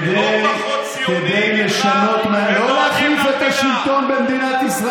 כדי לשנות, הם אוהבים את המדינה.